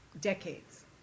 decades